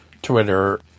Twitter